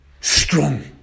strong